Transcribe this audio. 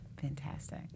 Fantastic